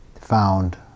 found